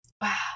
Wow